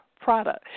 product